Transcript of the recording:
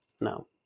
No